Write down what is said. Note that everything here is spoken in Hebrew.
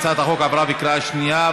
הצעת החוק עברה בקריאה השנייה.